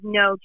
no